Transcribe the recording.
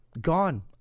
gone